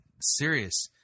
serious